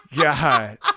God